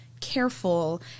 careful